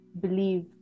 believe